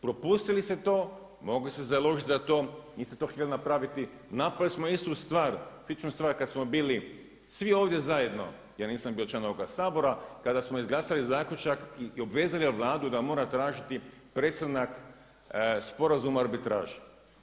Propustili ste to, mogu se založiti za to, niste to htjeli napraviti, napravili smo istu stvar, sličnu stvar kad smo bili svi ovdje zajedno, ja nisam bio član ovoga Sabora kada smo izglasali zaključak i obvezali Vladu da mora tražiti prestanak sporazuma o arbitraži.